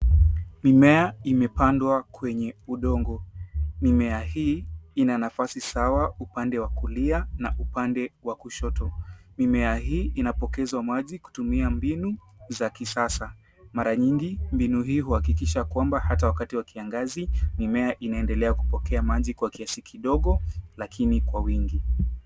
Mimea imepandwa kwenye udongo. Mimea hii ina nafasi sawa upande wa kulia na upande wa kushoto. Mimea hii inapokezwa maji kutumia mbinu za kisasa. Mara nyingi mbinu hii uhakikisha kwamba hata wakati wa kiangazi mimea inaendelea kupokea maji kwa kiasi kidogo lakini kwa wingi.